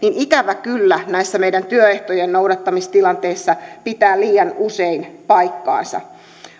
ikävä kyllä näissä meidän työehtojen noudattamistilanteissa pitää liian usein paikkansa